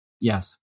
Yes